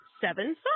seven